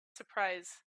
surprise